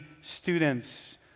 students